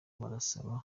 barasaba